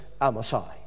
Amasai